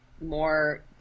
more